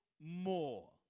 more